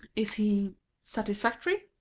is he satisfactory?